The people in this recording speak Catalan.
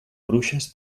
bruixes